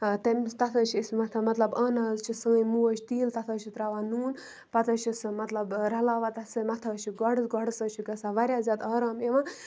تَمہِ تَتھ حظ چھِ أسۍ مَتھان مطلب اَنان حظ چھِ سٲنۍ موج تیٖل تَتھ حظ چھِ ترٛاوان نوٗن پَتہٕ حظ چھِ سُہ مطلب رَلاوان تَتھ سۭتۍ مَتھان حظ چھِ گۄڈَس گۄڈَس حظ چھِ گژھان واریاہ زیادٕ آرام یِوان